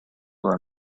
were